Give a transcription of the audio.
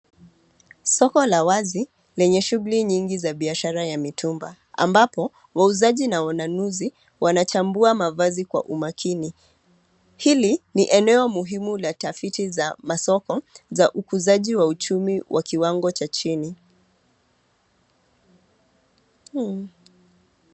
Soko la wazi lenye shughuli nyingi ya biashara ya mitumba ambapo wauzaji na wanunuzi wanachambua mavazi kwa umakini. Hili ni eneo muhimu la tafiti za masoko za ukuzaji wa uchumi wa kiwango cha chini.